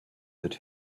that